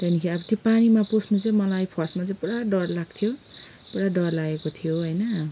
त्यहाँदेखि अब त्यो पानीमा पस्नु चाहिँ मलाई फर्स्टमा चाहिँ पुरा डर लाग्थ्यो पुरा डर लागेको थियो होइन